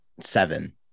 seven